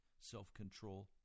self-control